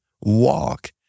Walk